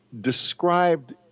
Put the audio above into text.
described